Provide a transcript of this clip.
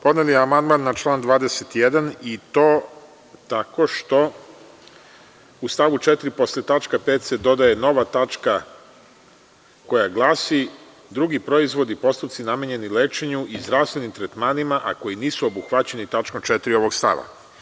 Podneli smo amandman na član 21. i to tako što u stavu 4. posle tačke 5) se dodaje nova tačka, koja glasi – drugi proizvodi i postupci namenjeni lečenju i zdravstvenim tretmanima, a koji nisu obuhvaćeni tačkom 4) ovog stava.